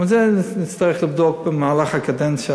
גם את זה נצטרך לבדוק במהלך הקדנציה,